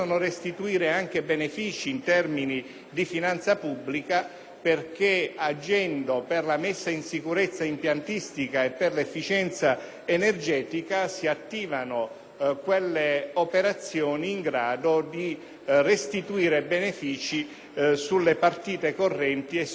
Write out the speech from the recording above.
agendo per la messa in sicurezza impiantistica e per l'efficienza energetica, si attivano quelle operazioni in grado di restituire benefici sulle partite correnti e, quindi, sui costi operativi delle pubbliche amministrazioni.